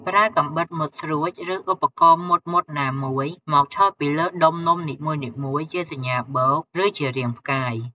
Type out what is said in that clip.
ប្រើកាំបិតមុតស្រួច ឬឧបករណ៍មុតៗណាមួយ មកឆូតពីលើដុំនំនីមួយៗជាសញ្ញាបូក ឬជារាងផ្កាយ។